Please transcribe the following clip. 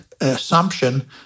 assumption